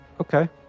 okay